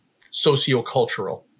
sociocultural